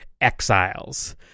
Exiles